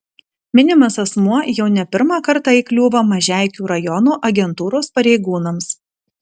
minimas asmuo jau ne pirmą kartą įkliūva mažeikių rajono agentūros pareigūnams